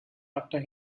after